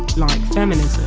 like feminism,